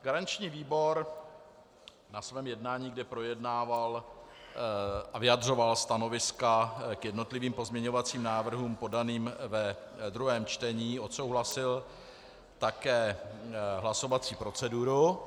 Garanční výbor na svém jednání, kde projednával a vyjadřoval stanoviska k jednotlivým pozměňovacím návrhům podaným ve druhém čtení, odsouhlasil také hlasovací proceduru.